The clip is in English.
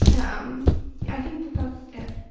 um i think that that's it,